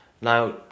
Now